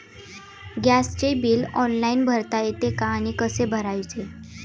गॅसचे bill online भरता येते का आणि कसे भरायचे?